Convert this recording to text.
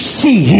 see